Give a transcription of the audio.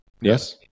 Yes